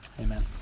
amen